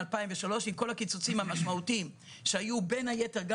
עם כל הקיצוצים המשמעותיים שהיו בין היתר גם